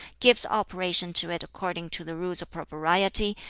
gives operation to it according to the rules of propriety,